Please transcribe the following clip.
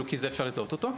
כי אפשר לזהות אותו,